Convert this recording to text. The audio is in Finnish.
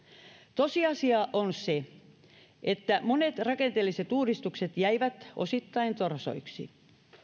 tosiasia on se että monet rakenteelliset uudistukset jäivät osittain torsoiksi